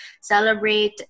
celebrate